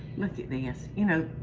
look at this. you know,